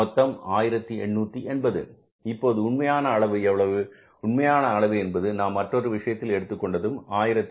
இப்போது உண்மையான அளவு எவ்வளவு உண்மையான அளவு என்பது நாம் மற்றொரு விஷயத்தில் எடுத்துக்கொண்டது 1880